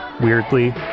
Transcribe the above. weirdly